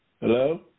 Hello